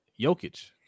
Jokic